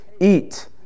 eat